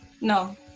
No